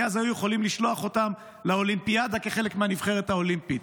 כי אז היו יכולים לשלוח אותם לאולימפיאדה כחלק מהנבחרת האולימפית.